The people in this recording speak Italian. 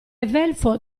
evelfo